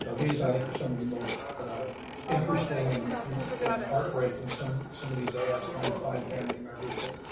so these i think are some of the most interesting and and heartbreaking. some, some of these as trying to find family members that